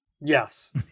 Yes